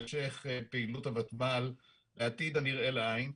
--- פעילות הוותמ"ל לעתיד הנראה לעין,